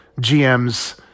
GM's